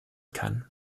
kann